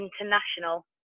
international